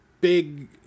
big